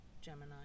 Gemini